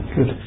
Good